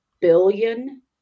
billion